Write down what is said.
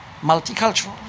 multicultural